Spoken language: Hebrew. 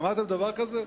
שמעתם דבר כזה?